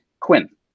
Quinn